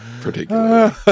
particularly